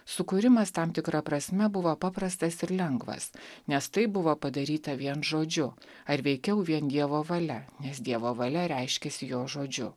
sukūrimas tam tikra prasme buvo paprastas ir lengvas nes tai buvo padaryta vien žodžiu ar veikiau vien dievo valia nes dievo valia reiškiasi jo žodžiu